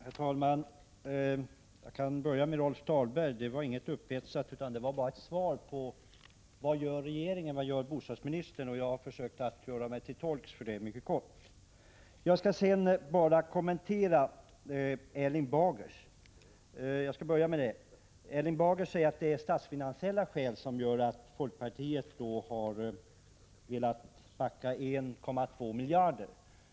Herr talman! Jag kan börja med Rolf Dahlberg. Det var inte upphetsning utan bara ett svar på frågan vad regeringen och bostadsministern gör. Jag försökte att i korthet redogöra för detta. Jag vill först kommentera vad Erling Bager yttrade. Erling Bager sade att folkpartiet av statsfinansiella skäl har velat ”backa” 1,2 miljarder kronor.